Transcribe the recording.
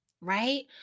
right